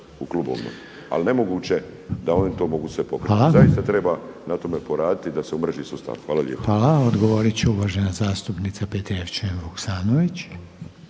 (HDZ)** Hvala. Odgovorit će uvažena zastupnica Petrijevčanin-Vuksavnović.